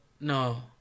no